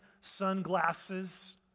sunglasses